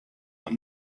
that